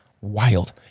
Wild